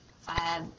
five